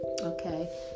okay